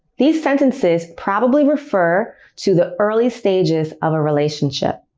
these sentences probably refer to the early stages of a relationship.